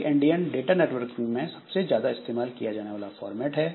big endian data networking में सबसे ज्यादा इस्तेमाल किया जाने वाला फॉर्मेट है